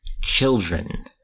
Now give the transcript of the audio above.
children